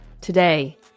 today